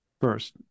first